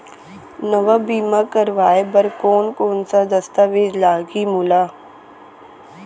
नवा बीमा करवाय बर कोन कोन स दस्तावेज लागही मोला?